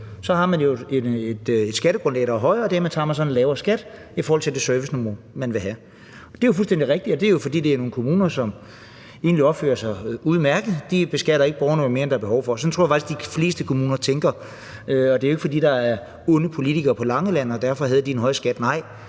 Så har man jo et skattegrundlag, der er højere, og dermed har man en lavere skat i forhold til det serviceniveau, man vil have. Det er jo fuldstændig rigtigt, og det er, fordi der er nogle kommuner, som egentlig opfører sig udmærket. De beskatter ikke borgerne, mere end der er behov for. Sådan tror jeg faktisk at de fleste kommuner tænker, og det er jo ikke, fordi der er onde politikere på Langeland, at de havde en høj skat. Nej,